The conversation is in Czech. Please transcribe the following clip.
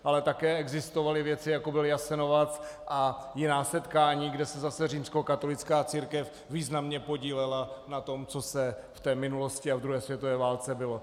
Ale také existovaly věci, jako byl Jasenovac a jiná setkání, kde se zase římskokatolická církev významně podílela na tom, co v té minulosti a ve druhé světové válce bylo.